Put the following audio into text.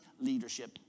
leadership